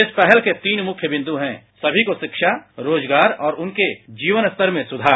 इस पहल के मुख्य तीन बिन्दु हैं सभी को शिक्षा रोजगार और उनके जीवन स्तर में सुधार